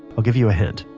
i'll give you a hint